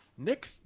Nick